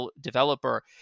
developer